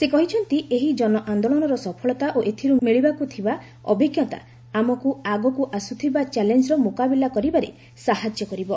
ସେ କହିଛନ୍ତି ଏହି ଜନ ଆନ୍ଦୋଳନର ସଫଳତା ଓ ଏଥିରୁ ମିଳିବାକୁ ଥିବା ଅଭିଜ୍ଞତା ଆମକୁ ଆଗକୁ ଆସୁଥିବା ଚାଲେଞ୍ଜର ମୁକାବିଲା କରିବାରେ ସାହାଯ୍ୟ କରିବ